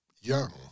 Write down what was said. young